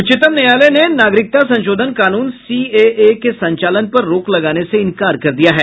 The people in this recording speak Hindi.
उच्चतम न्यायालय ने नागरिकता संशोधन कानून सीएए के संचालन पर रोक लगाने से इंकार किया है